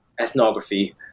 ethnography